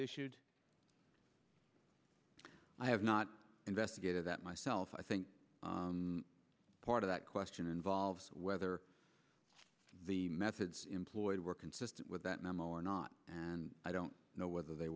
issued i have not investigated that myself i think part of that question involves whether the methods employed were consistent with that memo or not and i don't know whether they